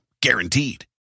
Guaranteed